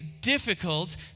difficult